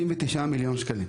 59 מיליון שקלים.